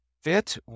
fit